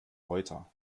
reuter